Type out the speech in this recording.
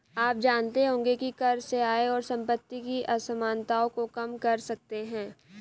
आप जानते होंगे की कर से आय और सम्पति की असमनताओं को कम कर सकते है?